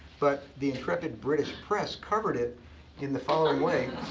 but the intrepid british press covered it in the following way.